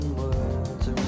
words